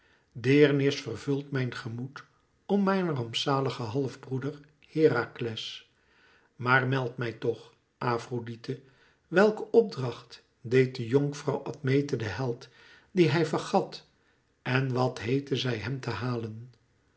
deerenis vervult mijn gemoed om mijn rampzaligen halfbroeder herakles maar meld mij toch afrodite welken opdracht deed de jonkvrouw admete den held dien hij vergat en wat heette zij hem te halen